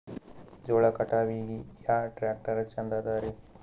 ಜೋಳ ಕಟಾವಿಗಿ ಯಾ ಟ್ಯ್ರಾಕ್ಟರ ಛಂದದರಿ?